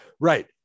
Right